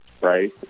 right